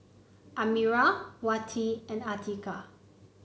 Amirah Wati and Atiqah